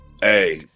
hey